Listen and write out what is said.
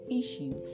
issue